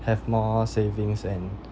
have more savings and